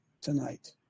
tonight